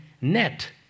net